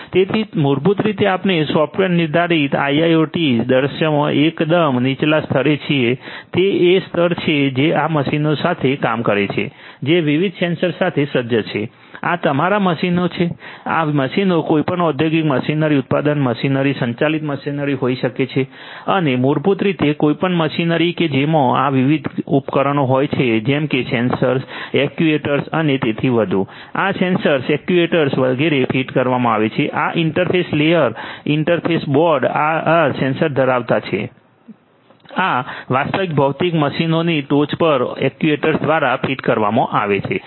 તેથી મૂળભૂત રીતે આપણે સોફ્ટવેર નિર્ધારિત IIoT દૃશ્યમાં એકદમ નીચલા સ્તરે છીએ તે એ સ્તર છે જે આ મશીનો સાથે કામ કરે છે જે વિવિધ સેન્સર સાથે સજ્જ છે આ તમારા મશીનો છે આ મશીનો કોઈપણ ઔદ્યોગિક મશીનરી ઉત્પાદન મશીનરી સંચાલિત મશીનરી હોઈ શકે છે અને મૂળભૂત રીતે કોઈપણ મશીનરી કે જેમાં આ વિવિધ ઉપકરણો હોય છે જેમ કે સેન્સર એક્ચ્યુએટર્સ અને તેથી વધુ આ સેન્સર્સ એક્ટ્યુએટર્સ વગેરે ફીટ કરવામાં આવે છે આ ઇન્ટરફેસ લેયર ઇન્ટરફેસ બોર્ડ આ સેન્સર ધરાવતા છે આ વાસ્તવિક ભૌતિક મશીનોની ટોચ પર એક્ટ્યુએટર્સ દ્વારા ફીટ કરવામાં આવે છે